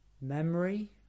memory